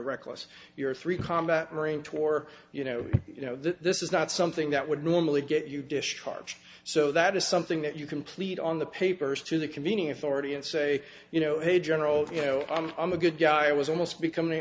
reckless your three combat marine tore you know you know this is not something that would normally get you discharged so that is something that you complete on the papers to the convening authority and say you know hey general you know i'm a good guy i was almost becom